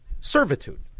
servitude